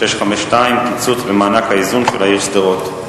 מס' 652: קיצוץ במענק האיזון של העיר שדרות.